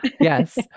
Yes